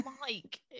Mike